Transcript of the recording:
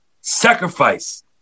sacrifice